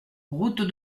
route